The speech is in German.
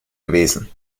gewesen